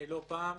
לא פעם,